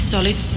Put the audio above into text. Solid